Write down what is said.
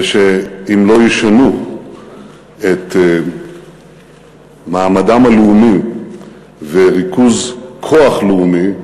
ושאם לא ישנו את מעמדן הלאומי בריכוז כוח לאומי,